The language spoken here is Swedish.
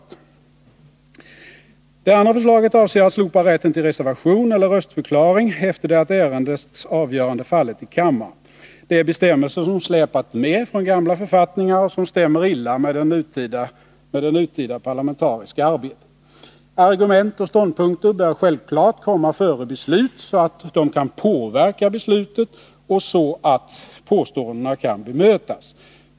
1 april 1981 Det andra förslaget avser att slopa rätten till reservation eller röstförklaring efter det att ärendets avgörande fallit i kammaren. Det är bestämmelser som släpat med från gamla författningar och som stämmer illa med det nutida parlamentariska arbetet. Argument och ståndpunkter bör självfallet komma före beslutet, så att de kan påverka detta och så att de kan bemötas.